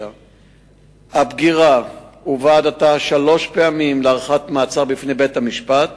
2009. הבגירה הובאה עד עתה שלוש פעמים להארכת מעצר בפני בית-המשפט,